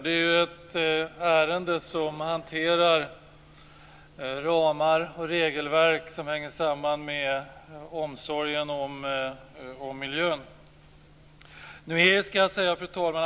Det är ett ärende som omfattar ramar och regelverk som hänger samman med omsorgen om miljön. Fru talman!